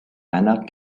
anna